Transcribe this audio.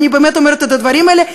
אני באמת אומרת את הדברים האלה,